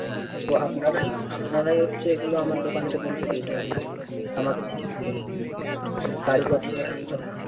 হুম ও আপনারাই আপনারাই হচ্ছে এগুলো আমার দোকানেতে পৌঁছে দিয়ে যাবেন আমাকে নিজে থেকে গাড়ি পাঠিয়ে আরে আনতে হবে না